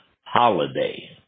holiday